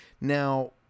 Now